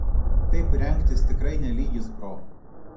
taip rengtis tikrai ne lygis bro